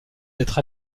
d’être